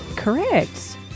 Correct